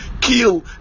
kill